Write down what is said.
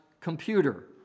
computer